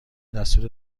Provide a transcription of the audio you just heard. دستور